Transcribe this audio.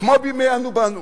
כמו בימי "אנו באנו"